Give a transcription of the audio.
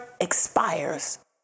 expires